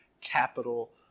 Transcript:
capital